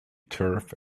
turf